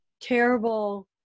terrible